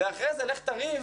ואחרי זה לך תריב